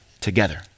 together